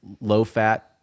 low-fat